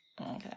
okay